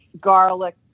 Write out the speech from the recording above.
garlic